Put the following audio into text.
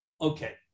Okay